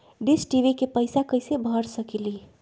Dish TV के पैईसा कईसे भर सकली?